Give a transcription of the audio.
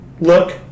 look